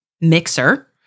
mixer